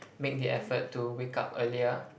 make the effort to wake up earlier